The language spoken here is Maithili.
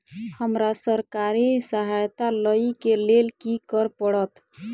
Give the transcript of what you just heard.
हमरा सरकारी सहायता लई केँ लेल की करऽ पड़त?